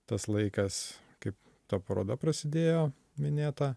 tas laikas kai ta paroda prasidėjo minėta